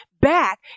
back